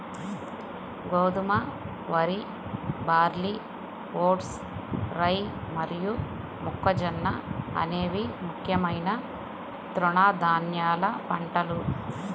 గోధుమ, వరి, barley, oats, rye మరియు మొక్కజొన్న అనేవి ముఖ్యమైన తృణధాన్యాల పంటలు